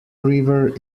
river